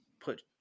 put